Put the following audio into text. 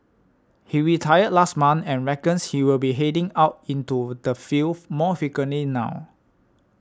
he retired last month and reckons he will be heading out into the field more frequently now